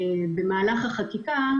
במהלך החקיקה,